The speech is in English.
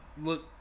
look